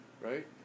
right